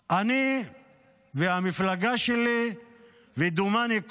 שאני והמפלגה שלי ודומני,